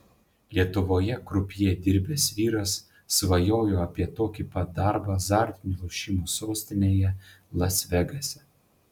lietuvoje krupjė dirbęs vyras svajojo apie tokį pat darbą azartinių lošimų sostinėje las vegase